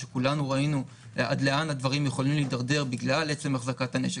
שכולנו ראינו עד לאן הדברים יכולים להידרדר בגלל עצם החזקת הנשק,